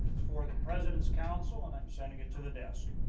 for the president's council and i am sending it to the desk.